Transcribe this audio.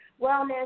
wellness